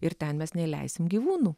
ir ten mes neįleisim gyvūnų